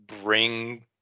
bring